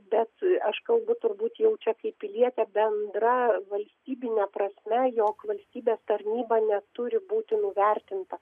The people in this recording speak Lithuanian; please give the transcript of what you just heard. bet aš kalbu turbūt jau čia pilietė bendra valstybine prasme jog valstybės tarnyba neturi būti nuvertinta